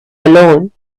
alone